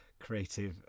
Creative